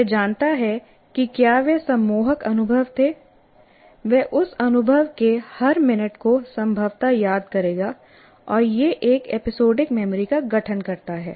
वह जानता है कि क्या वे सम्मोहक अनुभव थे वह उस अनुभव के हर मिनट को संभवतः याद रखेगा और यह एक एपिसोडिक मेमोरी का गठन करता है